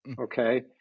okay